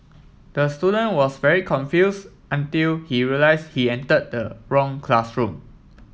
the student was very confused until he realised he entered the wrong classroom